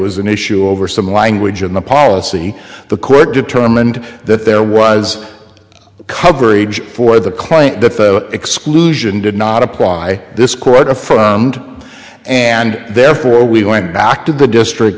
was an issue over some language in the policy the court determined that there was coverage for the client the exclusion did not apply this quote affirmed and therefore we went back to the district